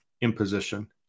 imposition